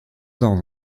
dans